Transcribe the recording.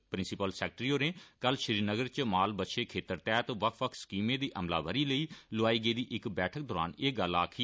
principal secretary होरें कल श्रीनगर च माल बच्छे खेतर तैहत बक्ख बक्ख स्कीमें दी अमलावरी लेई लोआई गेदी इक बैठक दौरान एह गल्ल आक्खी